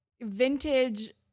vintage